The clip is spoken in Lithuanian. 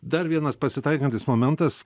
dar vienas pasitaikantis momentas